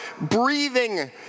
breathing